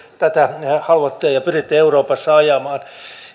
tätä haluatte ajaa ja pyritte euroopassa ajamaan